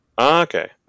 Okay